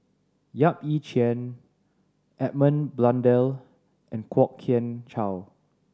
Yap Ee Chian Edmund Blundell and Kwok Kian Chow